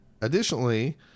Additionally